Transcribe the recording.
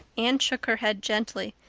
anne shook her head gently.